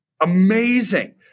amazing